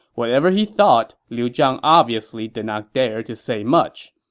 whatever he thought, liu zhang obviously did not dare to say much.